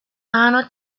mano